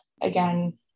again